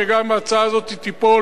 שגם אם ההצעה הזאת תיפול,